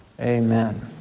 Amen